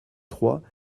trois